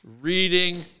reading